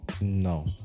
No